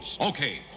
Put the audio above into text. Okay